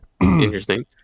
Interesting